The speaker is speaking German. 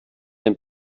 dem